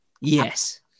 yes